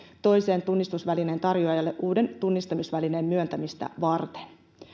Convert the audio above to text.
toisen tunnistusvälineen tarjoajalle uuden tunnistamisvälineen myöntämistä varten